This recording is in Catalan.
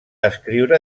escriure